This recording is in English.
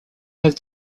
have